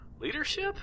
leadership